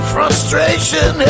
Frustration